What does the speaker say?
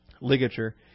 ligature